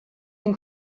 den